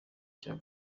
cya